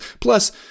Plus